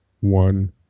one